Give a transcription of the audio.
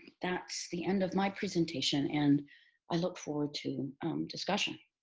that's the end of my presentation and i look forward to discussion.